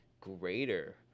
greater